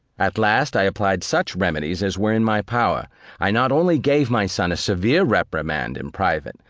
at last, i applied such remedies as were in my power i not only gave my son a severe reprimand in private,